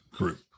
group